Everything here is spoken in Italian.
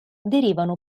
derivano